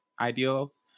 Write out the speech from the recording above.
ideals